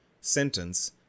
sentence